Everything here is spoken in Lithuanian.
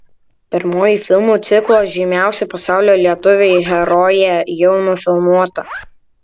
pirmoji filmų ciklo žymiausi pasaulio lietuviai herojė jau nufilmuota